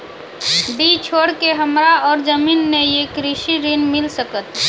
डीह छोर के हमरा और जमीन ने ये कृषि ऋण मिल सकत?